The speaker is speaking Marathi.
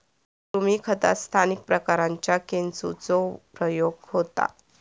कृमी खतात स्थानिक प्रकारांच्या केंचुचो प्रयोग होता